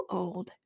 old